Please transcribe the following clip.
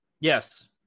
Yes